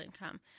income